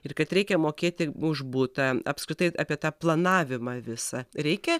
ir kad reikia mokėti už butą apskritai apie tą planavimą visą reikia